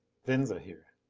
venza here.